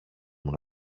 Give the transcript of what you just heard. μου